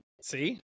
See